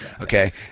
Okay